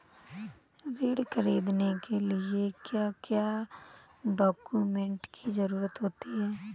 ऋण ख़रीदने के लिए क्या क्या डॉक्यूमेंट की ज़रुरत होती है?